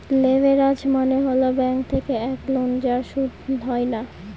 leverage মানে হল bank থেকে এক লোন যার সুদ হয় না